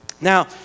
Now